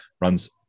runs